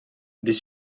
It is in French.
des